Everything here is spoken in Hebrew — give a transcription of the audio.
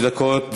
תודה, אדוני.